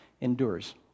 endures